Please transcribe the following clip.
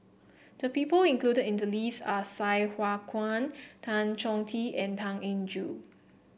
the people included in the list are Sai Hua Kuan Tan Chong Tee and Tan Eng Joo